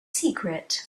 secret